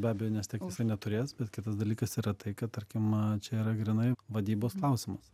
be abejo nes tiek jisai neturės bet kitas dalykas yra tai kad tarkim čia yra grynai vadybos klausimas